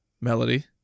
Melody